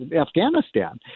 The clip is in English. Afghanistan